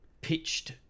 pitched